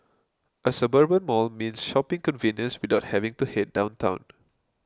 a suburban mall means shopping convenience without having to head downtown